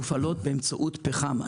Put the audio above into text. מופעלות באמצעות פחם עד יומן האחרון.